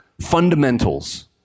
Fundamentals